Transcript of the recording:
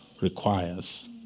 requires